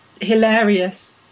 hilarious